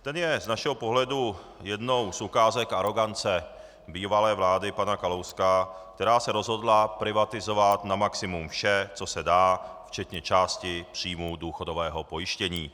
Ten je z našeho pohledu jednou z ukázek arogance bývalé vlády pana Kalouska, která se rozhodla privatizovat na maximum vše, co se dá, včetně části příjmů důchodového pojištění.